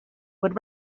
would